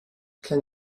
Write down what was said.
can